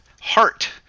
heart